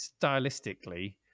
stylistically